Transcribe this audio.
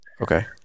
Okay